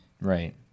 Right